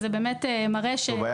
זה מראה --- טוב,